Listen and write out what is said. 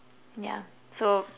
yeah so